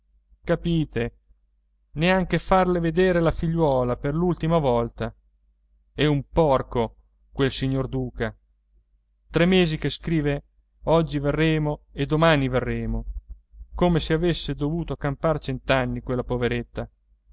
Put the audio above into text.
capite neanche farle vedere la figliuola per l'ultima volta è un porco quel signor duca tre mesi che scrive oggi verremo e domani verremo come se avesse dovuto campar cent'anni quella poveretta